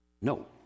No